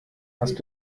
hast